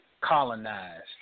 colonized